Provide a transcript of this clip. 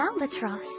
albatross